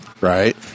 Right